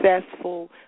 successful